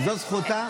זו זכותה.